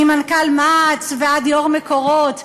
ממנכ"ל מע"צ ועד יו"ר "מקורות"?